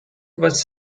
was